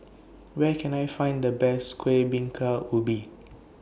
Where Can I Find The Best Kueh Bingka Ubi